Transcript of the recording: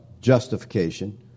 justification